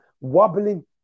wobbling